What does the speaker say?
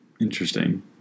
Interesting